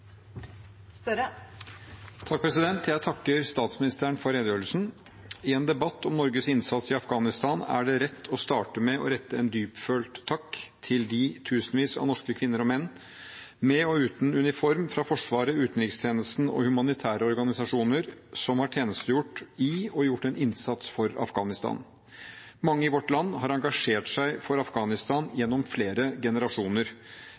Jeg takker statsministeren for redegjørelsen. I en debatt om Norges innsats i Afghanistan er det rett å starte med å rette en dyptfølt takk til de tusenvis av norske kvinner og menn, med og uten uniform, fra Forsvaret, utenrikstjenesten og humanitære organisasjoner som har tjenestegjort i og gjort en innsats for Afghanistan. Mange i vårt land har engasjert seg for Afghanistan gjennom flere generasjoner.